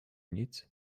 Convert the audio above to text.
nic